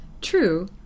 True